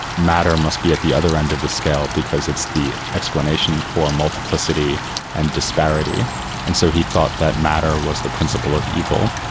matter must be at the other end of the scale because it's the explanation for multiplicity and disparity and so he thought that matter was the principle of evil,